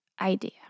idea